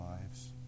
lives